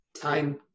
Time